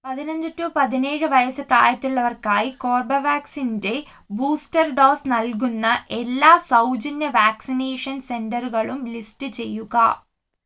പതിനഞ്ച് ടു പതിനേഴ് വയസ്സ് പ്രായത്തിലുള്ളവർക്കായി കോർബെവാക്സിൻ്റെ ബൂസ്റ്റർ ഡോസ് നൽകുന്ന എല്ലാ സൗജന്യ വാക്സിനേഷൻ സെന്ററുകളും ലിസ്റ്റ് ചെയ്യുക